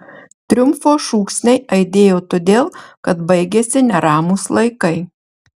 triumfo šūksniai aidėjo todėl kad baigėsi neramūs laikai